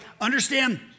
understand